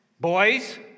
Boys